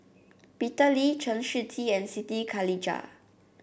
Peter Lee Chen Shiji and Siti Khalijah